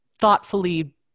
thoughtfully